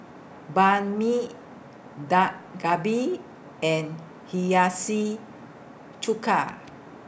Banh MI Dak Galbi and Hiyashi Chuka